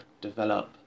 develop